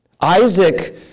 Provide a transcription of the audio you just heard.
Isaac